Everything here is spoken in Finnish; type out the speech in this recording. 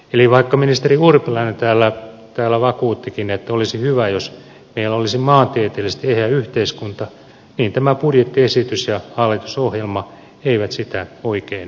eli vaikka ministeri urpilainen täällä vakuuttikin että olisi hyvä jos meillä olisi maantieteellisesti eheä yhteiskunta niin tämä budjettiesitys ja hallitusohjelma eivät sitä oikein tavoittele